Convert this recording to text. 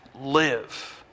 live